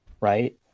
right